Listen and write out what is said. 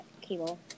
cable